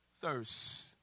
thirst